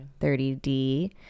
30D